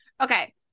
okay